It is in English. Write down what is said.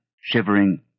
shivering